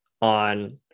on